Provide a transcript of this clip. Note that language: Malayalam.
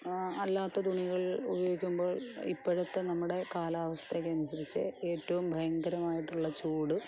അല്ലാത്ത തുണികൾ ഉപയോഗിക്കുമ്പോൾ ഇപ്പോഴത്തെ നമ്മുടെ കാലാവസ്ഥയ്ക്കനുസരിച്ച് ഏറ്റവും ഭയങ്കരമായിട്ടുള്ള ചൂട്